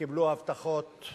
תודה רבה לחברים.